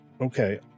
Okay